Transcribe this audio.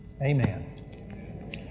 Amen